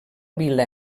vila